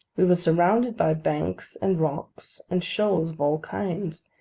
we were surrounded by banks, and rocks, and shoals of all kinds,